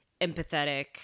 empathetic